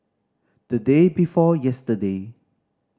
the day before yesterday